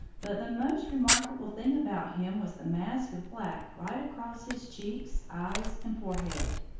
but the most remarkable thing about him was the mask of black right across his cheeks, eyes and forehead.